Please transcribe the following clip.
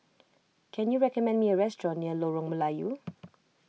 can you recommend me a restaurant near Lorong Melayu